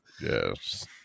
Yes